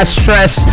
stress